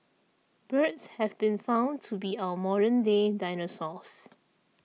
birds have been found to be our modern day dinosaurs